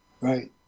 right